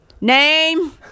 name